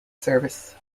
service